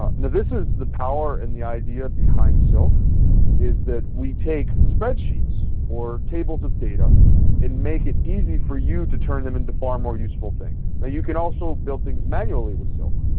ah and this is the power and the idea behind silk is that we take spreadsheets or tables of data and make it easy for you to turn them into far more useful things yeah you can also build things manually with silk.